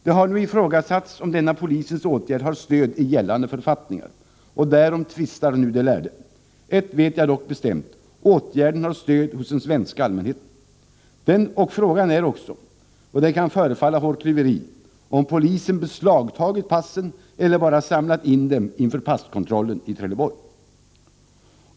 Det har nu ifrågasatts om denna polisens åtgärd har stöd i gällande författningar, och därom tvistar nu de lärde. Ett vet jag dock bestämt. Åtgärden har stöd hos den svenska allmänheten. Och frågan är också — det kan förefalla vara hårklyveri— om polisen beslagtagit passen eller bara samlat in dem inför passkontrollen i Trelleborg.